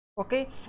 Okay